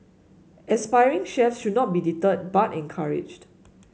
aspiring chefs should not be deterred but encouraged